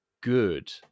good